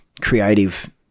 creative